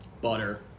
butter